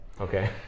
Okay